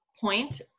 point